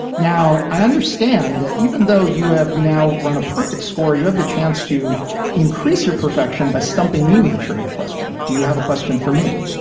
now, i understand that even though you have now run a perfect score, you have the chance to increase your perfection by stumping me with a trivia question. do you have a question for me?